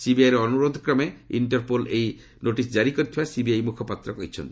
ସିବିଆଇର ଅନୁରୋଧ କ୍ରମେ ଇଣ୍ଟରପୁଲ ଏହି ନୋଟିସ୍ ଜାରି କରିଥିବା ସିବିଆଇ ମୁଖପାତ୍ର କହିଛନ୍ତି